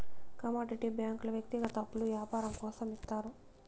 commodity బ్యాంకుల వ్యక్తిగత అప్పులు యాపారం కోసం ఇత్తారు